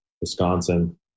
Wisconsin